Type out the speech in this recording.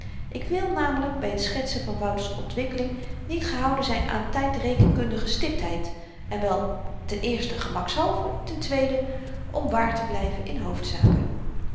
ik wil namelyk by t schetsen van wouter's ontwikkeling niet gehouden zyn aan tydrekenkundige stiptheid en wel ten eerste gemakshalve ten tweede om wààr te blyven in hoofdzaken